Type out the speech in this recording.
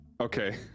Okay